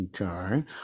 okay